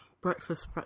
Breakfast